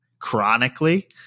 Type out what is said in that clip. chronically